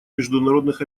международных